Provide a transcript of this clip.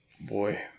Boy